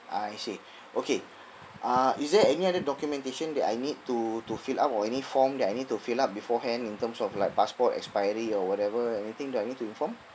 I see okay uh is there any other documentation that I need to to fill up or any form that I need to fill up beforehand in terms of like passport expiry or whatever anything that I need to inform